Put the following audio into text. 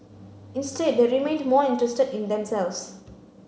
instead they remained more interested in themselves